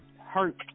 hurt